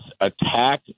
attack